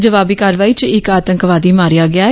जवाबी कार्रवाई च इक आतंकवादी मारेआ गेआ ऐ